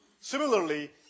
Similarly